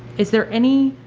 is there any